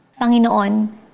Panginoon